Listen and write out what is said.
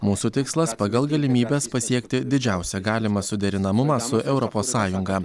mūsų tikslas pagal galimybes pasiekti didžiausią galimą suderinamumą su europos sąjunga